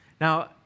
Now